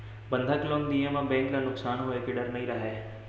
बंधक लोन दिये म बेंक ल नुकसान होए के डर नई रहय